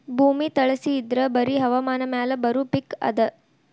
ಭೂಮಿ ತಳಸಿ ಇದ್ರ ಬರಿ ಹವಾಮಾನ ಮ್ಯಾಲ ಬರು ಪಿಕ್ ಇದ